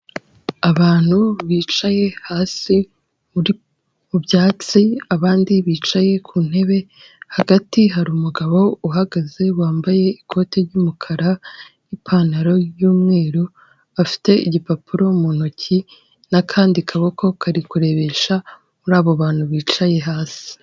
Abantu bicaye hasi mu byatsi, abandi bicaye ku ntebe hagati hari umugabo uhagaze wambaye ikoti ry'umukara n'ipantaro y'umweru, afite igipapuro mu ntoki n'akandi kaboko kari kurebesha muri abo bantu bicaye hasi.